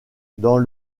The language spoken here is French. dans